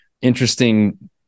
interesting